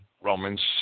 Romans